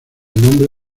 nombre